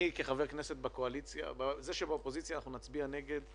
זה שבאופוזיציה נצביע נגד העברות,